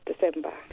December